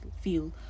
feel